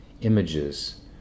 images